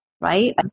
right